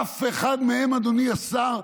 אף אחד מהם, אדוני השר,